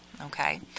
okay